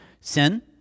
sin